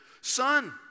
Son